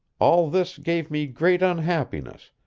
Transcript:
all this gave me great unhappiness,